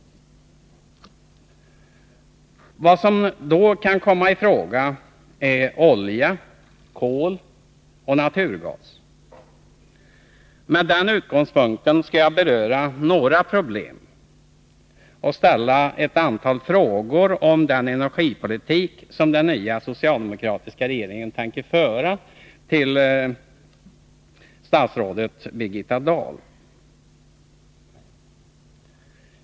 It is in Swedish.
Vad som då kan komma i fråga är olja, kol och naturgas. Med den utgångspunkten skall jag beröra några problem och ställa ett antal frågor till statsrådet Birgitta Dahl om den energipolitik som den nya socialdemokratiska regeringen tänker föra.